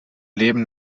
leben